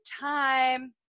time